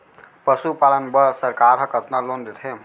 पशुपालन बर सरकार ह कतना लोन देथे?